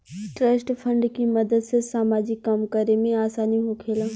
trust fund के मदद से सामाजिक काम करे में आसानी होखेला